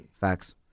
Facts